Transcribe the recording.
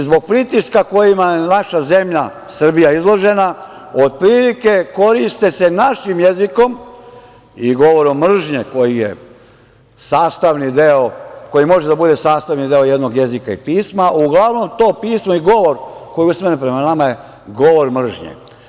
Zbog pritiska kojima je naša zemlja Srbija izložena, otprilike koriste se našim jezikom i govorom mržnje koji može da bude sastavni deo jednog jezika pisma, uglavnom to pismo i govor koji je usmeren prema nama je govor mržnje.